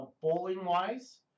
Bowling-wise